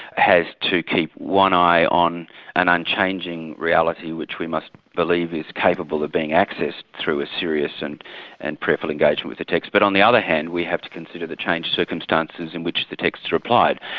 has to keep one eye on an unchanging reality which we must believe is capable of being accessed through a serious and and prayerful engagement with the text. but on the other hand we have to consider the changed circumstances in which the texts are applied.